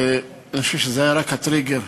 ואני חושב שזה היה רק הטריגר.